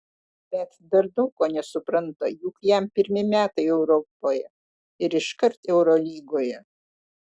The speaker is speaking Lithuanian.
bet dar daug ko nesupranta juk jam pirmi metai europoje ir iškart eurolygoje